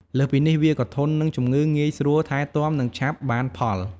លើសពីនេះ វាក៏ធន់នឹងជំងឺ ងាយស្រួលថែទាំ និងឆាប់បានផល។